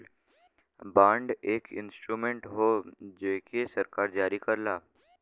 bond एक instrument हौ जेके सरकार जारी करला